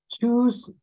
choose